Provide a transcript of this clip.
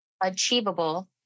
achievable